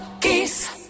Kiss